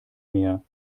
mehr